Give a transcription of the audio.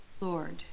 Lord